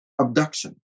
abduction